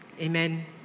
Amen